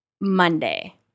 Monday